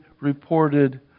reported